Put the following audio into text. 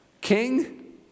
King